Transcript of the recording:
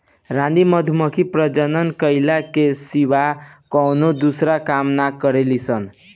रानी मधुमक्खी प्रजनन कईला के सिवा कवनो दूसर काम ना करेली सन